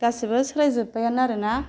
गासैबो सोलाय जोब्बायानो आरोना